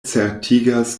certigas